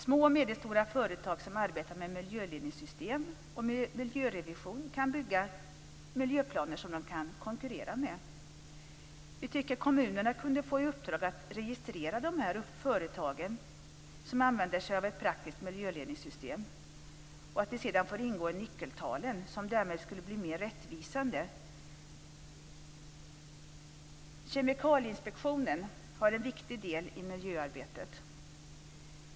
Små och medelstora företag som arbetar med miljöledningssystem och med miljörevision kan bygga upp miljöplaner som de kan konkurrera med. Vi tycker att kommunerna kunde få i uppdrag att registrera de företag som använder sig av ett praktiskt miljöledningssystem och att de sedan får ingå i nyckeltalen som därmed skulle bli mer rättvisande. Kemikalieinspektionen har en viktig del i miljöarbetet.